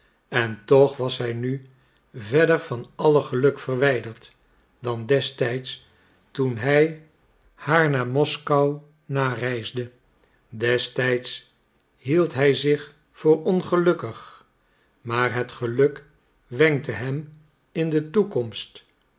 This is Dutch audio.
en toch was hij nu verder van alle geluk verwijderd dan destijds toen hij haar naar moskou nareisde destijds hield hij zich voor ongelukkig maar het geluk wenkte hem in de toekomst